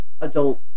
adult